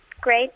great